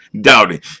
doubting